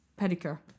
pedicure